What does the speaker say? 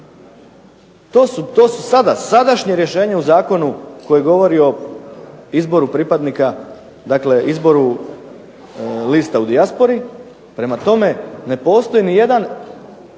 to su sada, sadašnje rješenje u zakonu koji govori o izboru pripadnika, dakle izboru lista u dijaspori, prema tome ne postoji ni jedan